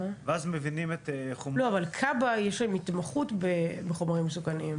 אבל כב"ה יש להם התמחות בחומרים מסוכנים.